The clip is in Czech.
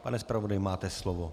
Pane zpravodaji, máte slovo.